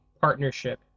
partnership